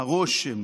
הרושם